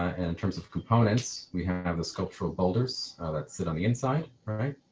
and in terms of components we have the sculptural boulders that sit on the inside, right,